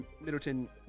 Middleton